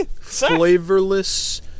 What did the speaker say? Flavorless